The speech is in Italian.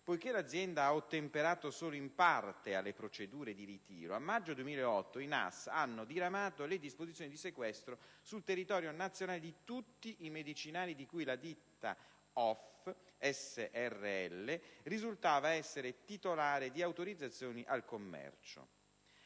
Poiché l'Azienda ha ottemperato solo in parte alle procedure di ritiro, a maggio 2008 i NAS hanno diramato le disposizioni di sequestro sul territorio nazionale di tutti i medicinali di cui la ditta OFF srl. risultava essere titolare di autorizzazioni al commercio.